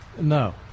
No